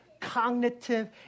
cognitive